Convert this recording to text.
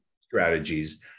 strategies